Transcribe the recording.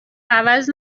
عوض